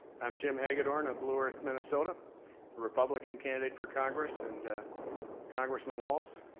i'm jim hagedorn of blue earth, minnesota a republican candidate for congress and congressman walz,